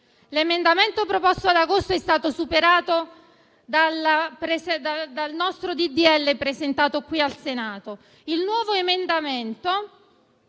L'emendamento proposto ad agosto è stato superato dal nostro disegno di legge, presentato qui al Senato.